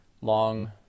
long